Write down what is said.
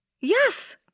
Yes